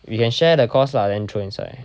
we can share the cost lah then throw inside